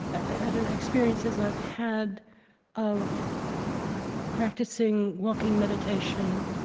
ah experiences i've had of practicing walking meditation.